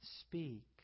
Speak